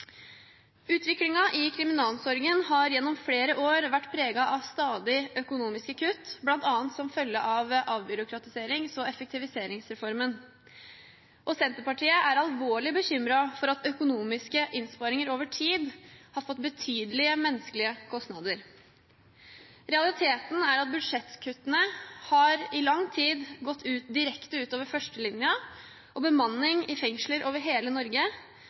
Utviklingen i kriminalomsorgen har gjennom flere år vært preget av stadige økonomiske kutt, bl.a. som følge av avbyråkratiserings- og effektiviseringsreformen. Senterpartiet er alvorlig bekymret for at økonomiske innsparinger over tid har hatt betydelige menneskelige kostnader. Realiteten er at budsjettkuttene i lang tid har gått direkte ut over førstelinjen og bemanningen i fengsler over hele Norge,